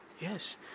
yes